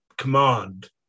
command